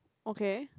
okay